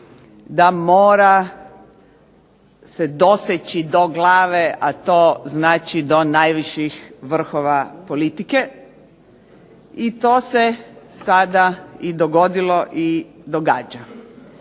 da mora se doseći do glave, a to znači do najviših vrhova politike i to se sada i dogodilo i događa.